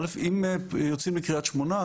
אגב אם יוצאים לקריית שמונה,